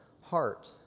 heart